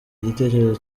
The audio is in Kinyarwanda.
igitekerezo